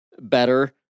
better